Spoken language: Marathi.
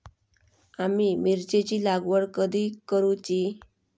आम्ही मिरचेंची लागवड कधी करूची?